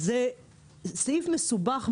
זה סעיף מסובך,